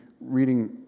reading